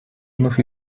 вновь